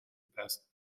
best